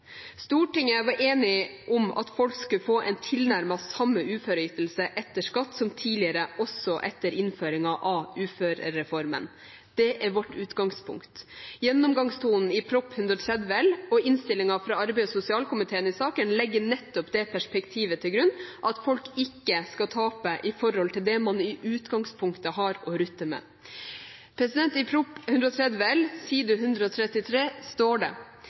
Stortinget var enig om at folk skulle få en tilnærmet samme uføreytelse etter skatt som tidligere også etter innføringen av uførereformen. Det er vårt utgangspunkt. Gjennomgangstonen i Prop. 130 L for 2010–2011 og innstillingen fra arbeids- og sosialkomiteen i saken legger nettopp det perspektivet til grunn, at folk ikke skal tape i forhold til det man i utgangspunktet har å rutte med. I Prop. 130 L, side 133, står det: